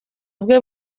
bwe